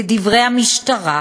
לדברי המשטרה,